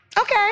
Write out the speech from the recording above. okay